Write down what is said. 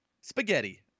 spaghetti